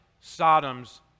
Sodom's